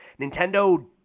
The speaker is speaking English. Nintendo